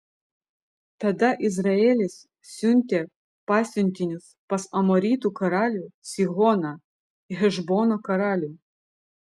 tada izraelis siuntė pasiuntinius pas amoritų karalių sihoną hešbono karalių